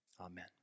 Amen